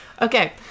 Okay